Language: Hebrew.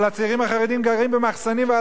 אבל הצעירים החרדים גרים במחסנים ועל